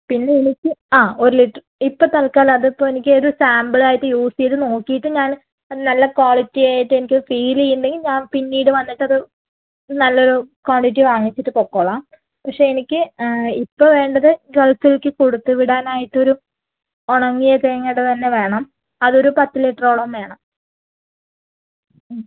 പിന്നെ എനിക്ക് ആ ഒരു ലിറ്ററ് ഇപ്പം തൽക്കാലം അതിപ്പം എനിക്കൊരു സാമ്പിളായിട്ട് യൂസ് ചെയ്ത് നോക്കിയിട്ട് ഞാൻ നല്ല ക്വാളിറ്റി ആയിട്ട് എനിക്ക് ഫീല് ചെയ്യുന്നുണ്ടെങ്കിൽ ഞാൻ പിന്നീട് വന്നിട്ടത് നല്ലൊരു ക്വാണ്ടിറ്റി വാങ്ങിച്ചിട്ട് പൊക്കോളാം പക്ഷെ എനിക്ക് ഇപ്പം വേണ്ടത് ഗൾഫിലേക്ക് കൊടുത്തുവിടാനായിട്ടൊരു ഉണ്ടങ്ങിയ തേങ്ങയുടെ തന്നെ വേണം അതൊരു പത്ത് ലിറ്ററോളം വേണം ഉം